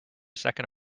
second